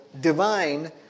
divine